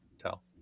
tell